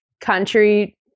country